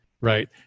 right